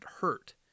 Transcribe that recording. hurt